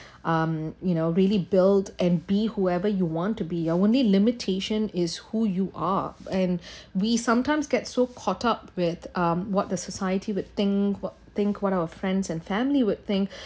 um you know really build and be whoever you want to be your only limitation is who you are and we sometimes get so caught up with um what the society would think what think what our friends and family would think